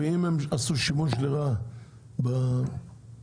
ואם הם עשו שימוש לרעה בתקנות,